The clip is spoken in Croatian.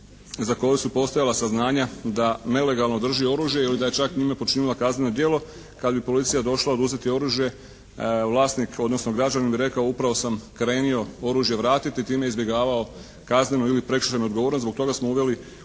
za koju su postojala saznanja da nelegalno drži oružje ili da je čak njime počinila kazneno djelo kada bi policija došla oduzeti oružje vlasnik, odnosno građanin bi rekao upravo sam krenuo oružje vratiti i time izbjegavao kaznenu ili prekršajnu odgovornost. Zbog toga smo uveli